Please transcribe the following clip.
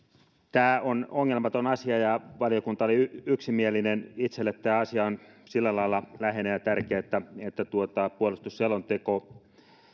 tämä on ongelmaton asia ja valiokunta oli yksimielinen itselle tämä asia on sillä lailla läheinen ja tärkeä että puolustusselonteko